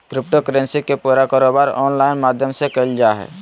crypto currency के पूरा कारोबार ऑनलाइन माध्यम से क़इल जा हइ